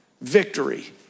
victory